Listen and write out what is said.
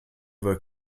were